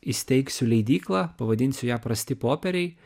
įsteigsiu leidyklą pavadinsiu ją prasti popieriai